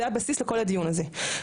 זה הבסיס לכל הדיון הזה.